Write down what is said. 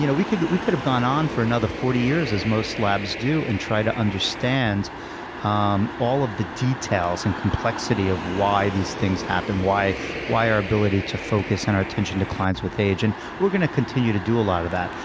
you know we could've we could've gone on for another forty years, as most labs do, and tried to understand all of the details and complexities of why these things happen, why why our ability to focus and our attention declines with age. and we're going to continue to do a lot of that.